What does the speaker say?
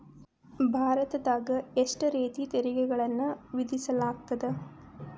ಭಾರತದಾಗ ಎಷ್ಟ ರೇತಿ ತೆರಿಗೆಗಳನ್ನ ವಿಧಿಸಲಾಗ್ತದ?